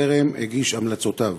טרם הגיש המלצותיו.